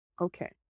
okay